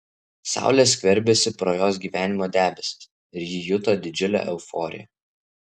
saulė skverbėsi pro jos gyvenimo debesis ir ji juto didžiulę euforiją